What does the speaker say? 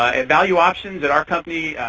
at valueoptions, at our company,